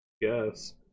Yes